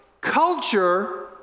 Culture